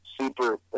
super